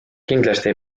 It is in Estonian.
kindlasti